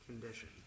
condition